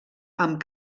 amb